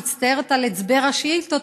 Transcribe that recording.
מצטערת על צבר השאילתות,